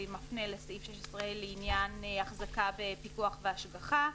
זה מפנה לסעיף 16(ה) לעניין החזקה בפיקוח בהשגחה,